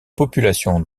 population